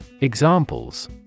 Examples